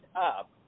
up